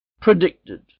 Predicted